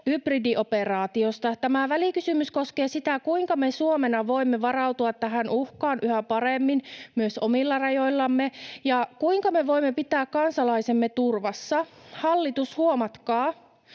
hybridioperaatiosta. Tämä välikysymys koskee sitä, kuinka me Suomena voimme varautua tähän uhkaan yhä paremmin myös omilla rajoillamme ja kuinka me voimme pitää kansalaisemme turvassa. Hallitus, huomatkaa: